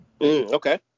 Okay